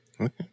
Okay